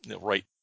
right